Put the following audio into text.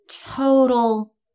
total